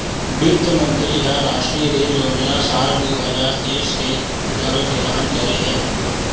बित्त मंतरी ह रास्टीय रेल योजना साल दू हजार तीस के घलोक एलान करे हे